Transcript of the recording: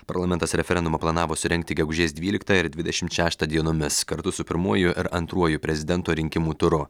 parlamentas referendumą planavo surengti gegužės dvyliktą ir dvidešimt šeštą dienomis kartu su pirmuoju ir antruoju prezidento rinkimų turu